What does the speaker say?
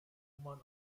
man